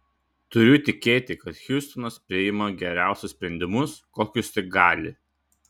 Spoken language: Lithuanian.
turiu tikėti kad hiustonas priima geriausius sprendimus kokius tik gali